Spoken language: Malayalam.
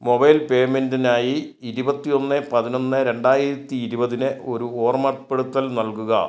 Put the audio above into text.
മൊബൈൽ പേയ്മെൻറ്റിനായി ഇരുപത്തി ഒന്ന് പതിനൊന്ന് രണ്ടായിരത്തി ഇരുപതിന് ഒരു ഓർമ്മപ്പെടുത്തൽ നൽകുക